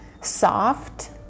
soft